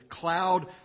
cloud